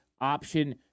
option